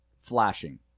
flashing